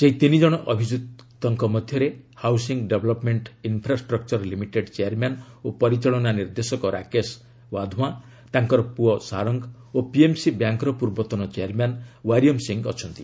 ସେହି ତିନିକଣ ଅଭିଯୁକ୍ତଙ୍କ ମଧ୍ୟରେ housing development infrastructure limited chairman ଓ ପରିଚାଳନା ନିର୍ଦ୍ଦେଶକ ରାକେଶ ୱାଧୱାଁ ତାଙ୍କର ପୁଅ ସାରଙ୍ଗ ଓ ପିଏମ୍ସି ବ୍ୟାଙ୍କର ପୂର୍ବତନ ଚେୟାରମ୍ୟାନ୍ ୱାରିଅମ୍ ସିଂହ ଅଛନ୍ତି